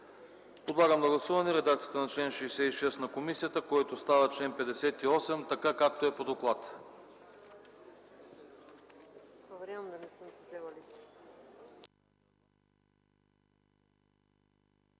Подлагам на гласуване редакцията на чл. 66 на комисията, който става чл. 58, така както е по доклада.